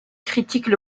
critiquent